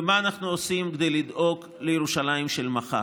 ומה אנחנו עושים כדי לדאוג לירושלים של מחר.